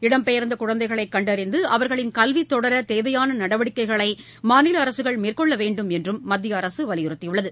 இடம்பெயர்ந்தகுழந்தைகளைகண்டறிந்துஅவர்களின் கல்விதொடரதேவையானநடவடிக்கைகளைமாநிலஅரசுகள் மேற்கொள்ளவேண்டும் என்றும் மத்தியஅரசுவலியுறுத்தியுள்ளது